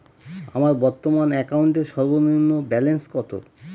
আমার বর্তমান অ্যাকাউন্টের সর্বনিম্ন ব্যালেন্স কত?